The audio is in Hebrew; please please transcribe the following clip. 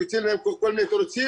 הוא המציא להם כל מיני תירוצים,